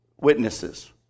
witnesses